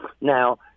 Now